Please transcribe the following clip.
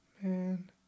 Man